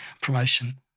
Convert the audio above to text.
promotion